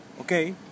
Okay